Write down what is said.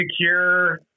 secure